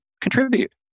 contribute